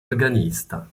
organista